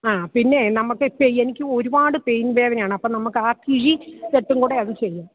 ആ പിന്നെ നമുക്ക് എനിക്ക് ഒരുപാട് പെയിൻ വേദനയാണ് അപ്പോൾ നമുക്ക് ആ കിഴി കെട്ടും കൂടെ അത് ചെയ്യണം